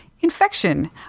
Infection